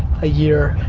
a year,